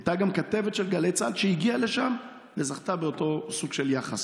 הייתה גם כתבת של גלי צה"ל שהגיעה לשם וזכתה באותו סוג של יחס.